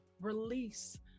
release